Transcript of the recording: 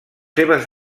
seves